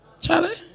Charlie